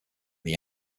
they